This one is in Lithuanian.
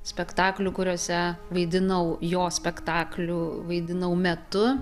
spektaklių kuriuose vaidinau jo spektaklių vaidinau metu